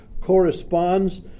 corresponds